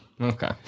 Okay